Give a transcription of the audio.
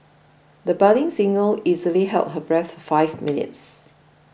the budding singer easily held her breath five minutes